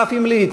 אף אם לעתים